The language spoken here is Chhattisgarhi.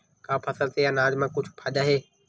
का फसल से आनाज मा कुछु फ़ायदा हे?